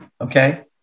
okay